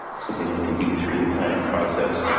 something they can do through the planning process.